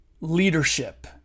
leadership